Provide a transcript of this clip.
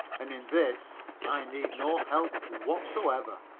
and in this i need no help whatsoever.